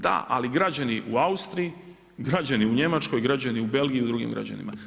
Da, ali građani u Austriji, građani u Njemačkoj, građani u Belgiji i na drugim građanima.